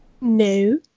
No